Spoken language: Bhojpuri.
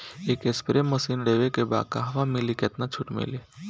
एक स्प्रे मशीन लेवे के बा कहवा मिली केतना छूट मिली?